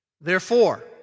Therefore